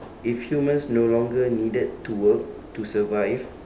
if humans no longer needed to work to survive